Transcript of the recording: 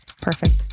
Perfect